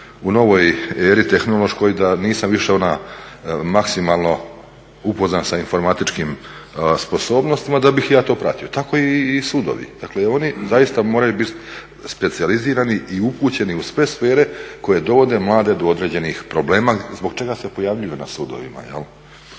novoj eri tehnološkoj da nisam više ona maksimalno upoznat sa informatičkim sposobnosti da bih i ja to pratio. Tako i sudovi, dakle oni zaista moraju biti specijalizirani i upućeni u sve sfere koje dovode mlade do određenih problema zbog čega se pojavljuju na sudovima.